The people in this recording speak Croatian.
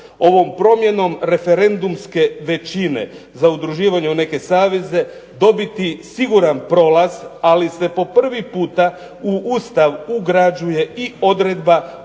Ovom promjenom referendumske većine za udruživanje u neke saveze dobiti siguran prolaz, ali se po prvi puta u Ustav ugrađuje i odredba o